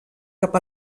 cap